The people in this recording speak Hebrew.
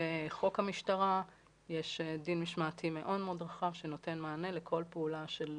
בחוק המשטרה יש דין משמעתי מאוד מאוד רחב שנותן מענה לכל פעולה של